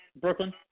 Brooklyn